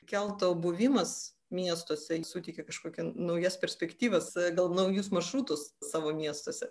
kelto buvimas miestuose suteikia kažkokias naujas perspektyvas gal naujus maršrutus savo miestuose